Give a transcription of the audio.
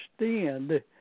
understand